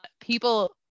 people